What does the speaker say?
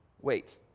Wait